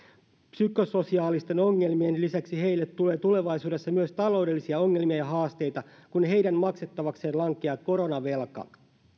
psykososiaalisten ongelmien lisäksi heille tulee tulevaisuudessa myös taloudellisia ongelmia ja haasteita kun heidän maksettavakseen lankeaa koronavelka